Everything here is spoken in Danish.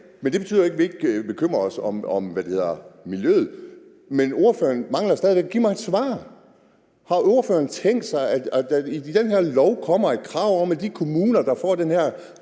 Men det betyder jo ikke, at vi ikke bekymrer os om miljøet. Ordføreren mangler stadig væk at give mig et svar: Har ordføreren tænkt sig, at der i den her lov kommer et krav om, at de kommuner, der får den her